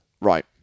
Right